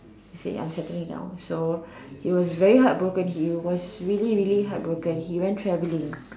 he say I am settling down so he was very heartbroken he was really really heartbroken he went traveling